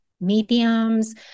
mediums